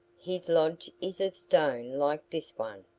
his lodge is of stone like this one,